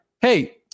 hey